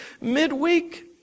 midweek